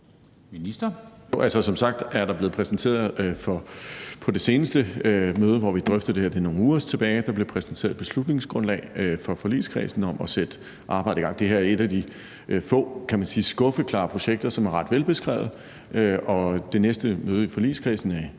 Jo, som sagt er der på det seneste møde, hvor vi drøftede det her – det er nogle uger tilbage – blevet præsenteret et beslutningsgrundlag for forligskredsen om at sætte et arbejde i gang. Det her er, kan man sige, et af de få skuffeklare projekter, som er ret velbeskrevet, og det næste møde i forligskredsen er